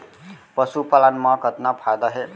पशुपालन मा कतना फायदा हे?